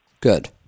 good